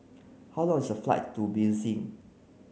how long is a flight to Belize